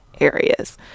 areas